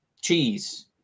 cheese